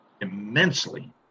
immensely